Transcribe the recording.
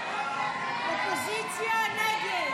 סעיף 10, כהצעת הוועדה,